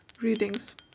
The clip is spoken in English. readings